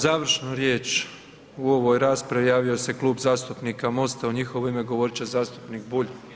Za završnu riječ u ovoj raspravi javio se Kluba zastupnika Mosta, u njihovo ime govorit će zastupnik Bulj.